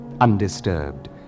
undisturbed